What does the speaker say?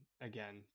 again